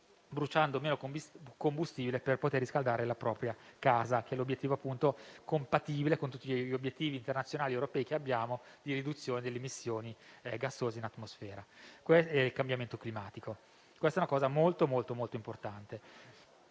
bruciando meno combustibile per riscaldare la propria casa; è un obiettivo compatibile con tutti gli obiettivi internazionali ed europei di riduzione delle emissioni gassose in atmosfera per contrastare il cambiamento climatico. Questa è una cosa molto importante.